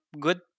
good